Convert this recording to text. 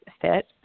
fit